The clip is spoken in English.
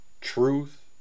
Truth